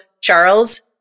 Charles